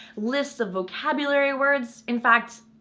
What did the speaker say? lists of vocabulary words in fact.